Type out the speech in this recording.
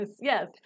Yes